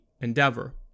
endeavor